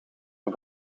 een